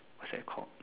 what's that called